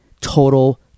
Total